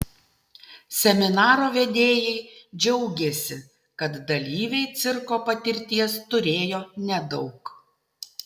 seminaro vedėjai džiaugėsi kad dalyviai cirko patirties turėjo nedaug